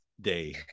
Day